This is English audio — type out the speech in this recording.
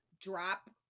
drop